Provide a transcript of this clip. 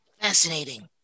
Fascinating